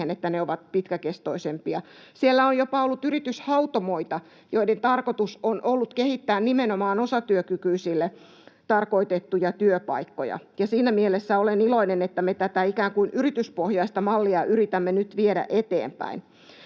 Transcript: että ne ovat pitkäkestoisempia. Siellä on ollut jopa yrityshautomoita, joiden tarkoitus on ollut kehittää nimenomaan osatyökykyisille tarkoitettuja työpaikkoja. Siinä mielessä olen iloinen, että me tätä ikään kuin yrityspohjaista mallia yritämme nyt viedä eteenpäin.